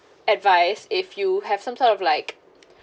advice if you have some sort of like